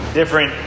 different